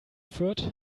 fürth